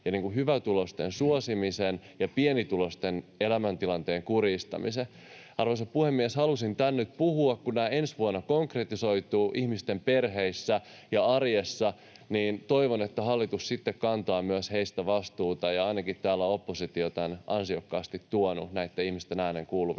hyvätuloisten suosiminen ja pienituloisten elämäntilanteen kurjistaminen. Arvoisa puhemies! Halusin tämän nyt puhua, kun nämä ensi vuonna konkretisoituvat ihmisten perheissä ja arjessa, ja toivon, että hallitus sitten kantaa myös heistä vastuuta. Ainakin oppositio on ansiokkaasti tuonut näitten ihmisten äänen kuuluviin